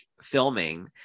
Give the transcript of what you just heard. filming